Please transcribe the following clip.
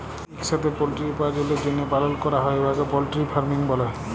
ইকসাথে পলটিরি উপার্জলের জ্যনহে পালল ক্যরা হ্যয় উয়াকে পলটিরি ফার্মিং ব্যলে